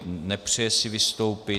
Nepřeje si vystoupit.